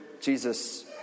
Jesus